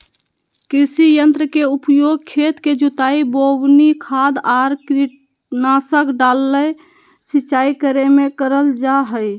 कृषि यंत्र के उपयोग खेत के जुताई, बोवनी, खाद आर कीटनाशक डालय, सिंचाई करे मे करल जा हई